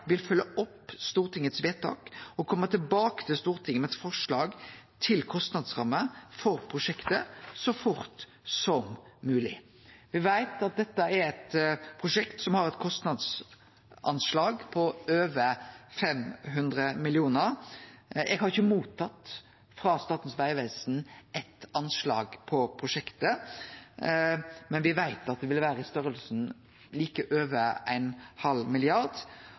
vil følgje opp Stortingets vedtak og kome tilbake til Stortinget med eit forslag til kostnadsramme for prosjektet så fort som mogleg. Me veit at dette er eit prosjekt som har eit kostnadsanslag på over 500 mill. kr. Eg har ikkje mottatt frå Statens vegvesen eit anslag på prosjektet, men me veit at det vil vere i størrelsen like over ein halv milliard.